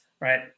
right